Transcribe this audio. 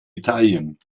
italien